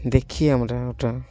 দেখি আমরা ওটা